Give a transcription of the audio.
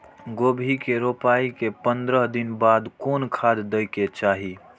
गोभी के रोपाई के पंद्रह दिन बाद कोन खाद दे के चाही?